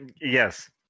Yes